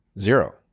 Zero